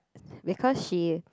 because she